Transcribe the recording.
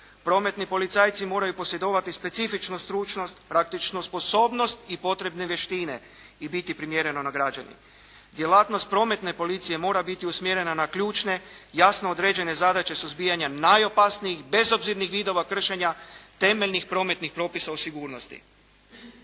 Prometni policajci moraju posjedovati specifičnu stručnost, praktičnost, sposobnost i potrebne vještine i biti primjereno na građane. Djelatnost prometne policije mora biti usmjerena na ključne jasno određene zadaće suzbijanja najopasnijih bezobzirnih vidova kršenja temeljnih prometnih propisa o sigurnosti.